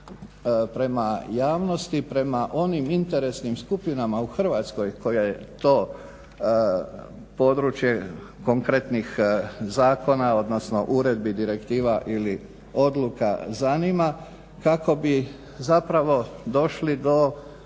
prema javnosti i prema onim interesnim skupinama u Hrvatskoj koje to područje konkretnih zakona, odnosno uredbi, direktiva ili odluka zanima kako bi zapravo došli do